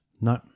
No